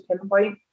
pinpoint